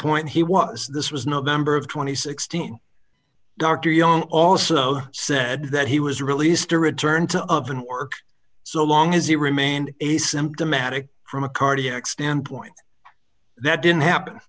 point he was this was november of two thousand and sixteen dr young also said that he was released to return to of and work so long as he remained asymptomatic from a cardiac standpoint that didn't happen